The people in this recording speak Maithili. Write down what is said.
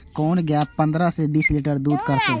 कोन गाय पंद्रह से बीस लीटर दूध करते?